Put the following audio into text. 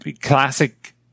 classic